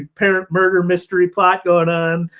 parent murder mystery plot going on.